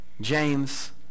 James